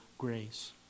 grace